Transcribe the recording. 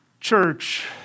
church